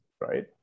right